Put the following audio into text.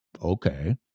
okay